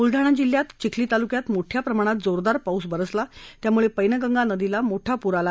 बुलडाणा जिल्ह्यात चिखली तालुक्यात मोठ्या प्रमाणात जोरदार पाऊस बरसला त्यामुळे पैनगंगा नदीत मोठा पूर आला